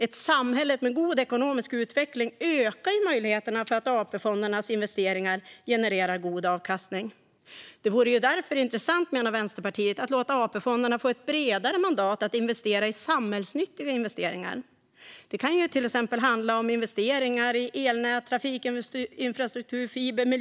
Ett samhälle med god ekonomisk utveckling ökar möjligheterna för att AP-fondernas investeringar generar god avkastning. Det vore därför intressant, menar Vänsterpartiet, att låta AP-fonderna få ett bredare mandat att investera i samhällsnyttiga investeringar. Det kan till exempel handla om investeringar i elnät, trafikinfrastruktur, fiber, miljöteknik med mera.